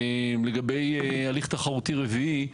לגבי הליך תחרותי רביעי,